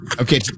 Okay